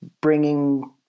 bringing